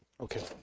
Okay